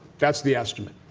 that's the estimate.